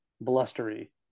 blustery